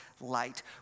light